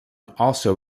also